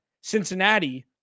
Cincinnati